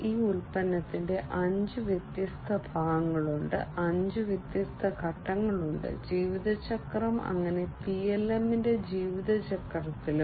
ഈ ഉൽപ്പന്നത്തിൽ അഞ്ച് വ്യത്യസ്ത ഭാഗങ്ങളുണ്ട് അഞ്ച് വ്യത്യസ്ത ഘട്ടങ്ങളുണ്ട് ജീവിതചക്രം അങ്ങനെ PLM ന്റെ ജീവിതചക്രത്തിലും